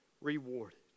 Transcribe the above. rewarded